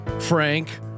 Frank